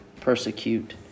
persecute